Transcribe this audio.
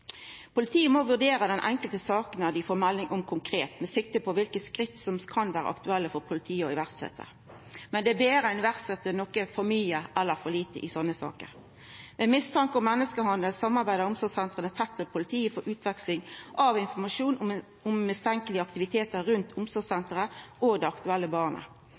Politiet må konkret vurdera den enkelte saka når dei får melding, med sikte på kva tiltak som kan vera aktuelle for politiet å setja i verk. Men det er betre å setja i verk noko for mykje enn for lite i slike saker. Ved mistanke om menneskehandel samarbeider omsorgssentra tett med politiet om utveksling av informasjon om mistenkjelege aktivitetar rundt omsorgssenteret og det aktuelle